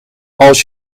als